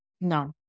No